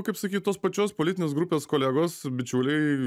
kaip sakyt tos pačios politinės grupės kolegos bičiuliai